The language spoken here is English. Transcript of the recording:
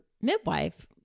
midwife